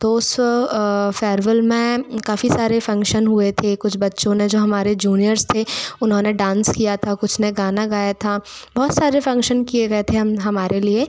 तो उस फेयरवेल में काफ़ी सारे फंक्शन हुए थे कुछ बच्चों ने जो हमारे जूनियर्स थे उन्होंने डांस किया था कुछ ने गाना गया था बहुत सारे फंक्शन किए गए थे हम हमारे लिए